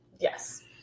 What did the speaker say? Yes